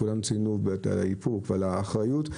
כולם ציינו את האיפוק ואת האחריות.